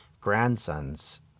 grandsons